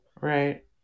right